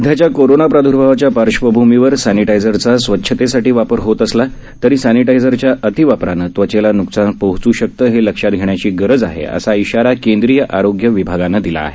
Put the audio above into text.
सध्याच्या कोरोना प्रादुर्भावाच्या पार्श्वभूमीवर सॅनिटायझरचा स्वच्छतेसाठी वापर होत असला तरी सॅनिटायझरच्या अतिवापराने त्वचेला न्कसान पोहच् शकतं हे लक्षात घेण्याची गरज आहे असा इशारा केंद्रीय आरोग्य विभागानं दिला आहे